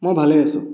মই ভালে আছোঁ